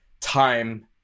time